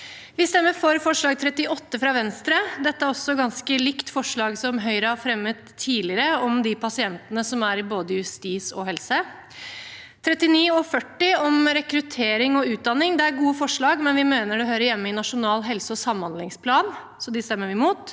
Vi stemmer for forslag nr. 38, fra Venstre. Det er ganske likt forslag Høyre har fremmet tidligere om pasientene som er i både justis og helse. Forslagene nr. 39 og 40, om rekruttering og utdanning, er gode forslag, men vi mener de hører hjemme i nasjonal helse- og samhandlingsplan, så de stemmer vi mot.